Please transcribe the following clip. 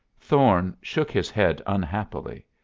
thorne shook his head unhappily.